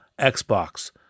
Xbox